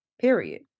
Period